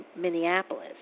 Minneapolis